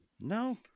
no